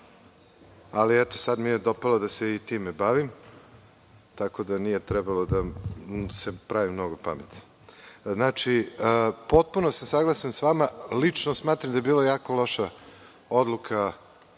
Eto, sad mi je dopalo da se i time bavim, tako da nije trebalo da se pravim mnogo pametan. Dakle, potpuno sam saglasan sa vama. Lično smatram da je bila jako loša odluka